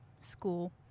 school